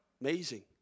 Amazing